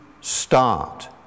start